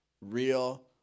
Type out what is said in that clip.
real